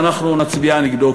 ואנחנו נצביע נגדו,